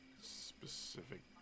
specific